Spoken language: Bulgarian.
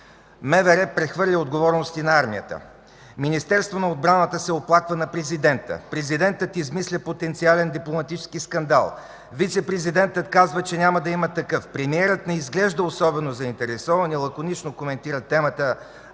прехвърля отговорности на армията. Министерството на отбраната се оплаква на президента. Президентът измисля потенциален дипломатически скандал. Вицепрезидентът казва, че няма да има такъв. Премиерът не изглежда особено заинтересован и лаконично коментира темата,